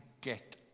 get